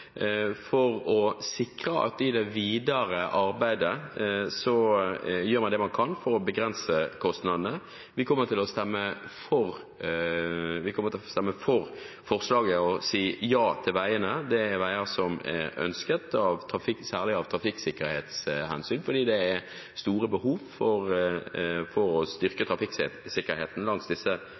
videre arbeidet gjør det man kan for å begrense kostnadene. Vi kommer til å stemme for forslaget og si ja til veiene. Det er veier som er ønsket særlig av trafikksikkerhetshensyn, for det er store behov for å styrke trafikksikkerheten langs disse